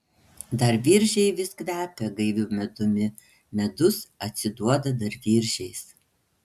dar viržiai vis kvepia gaiviu medumi medus atsiduoda dar viržiais